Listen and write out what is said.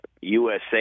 USA